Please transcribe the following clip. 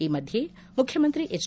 ಈ ಮಧ್ಯೆ ಮುಖ್ಯಮಂತ್ರಿ ಎಜ್